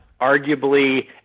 arguably